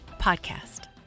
podcast